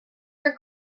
your